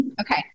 okay